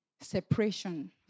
separation